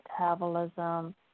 metabolism